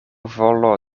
volo